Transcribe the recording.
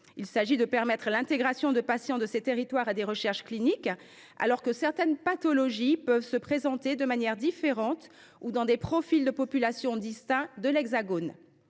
Il s’agit de permettre l’intégration de patients de ces territoires à des recherches cliniques, alors que certaines pathologies peuvent se présenter de manière différente ou chez des profils de populations distincts de ceux de